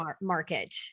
market